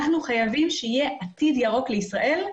אנחנו חייבים שיהיה עתיד ירוק לישראל.